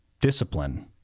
discipline